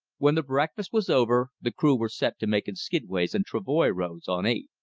when the breakfast was over the crew were set to making skidways and travoy roads on eight.